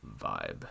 vibe